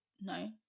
no